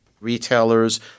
Retailers